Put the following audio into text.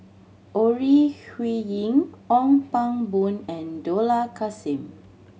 Ore Huiying Ong Pang Boon and Dollah Kassim